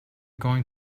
going